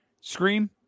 Scream